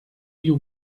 you